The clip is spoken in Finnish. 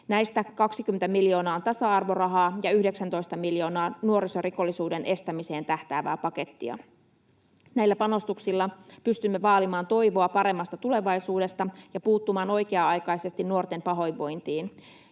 Näistä 20 miljoonaa on tasa-arvorahaa ja 19 miljoonaa nuorisorikollisuuden estämiseen tähtäävää pakettia. Näillä panostuksilla pystymme vaalimaan toivoa paremmasta tulevaisuudesta ja puuttumaan oikea-aikaisesti nuorten pahoinvointiin.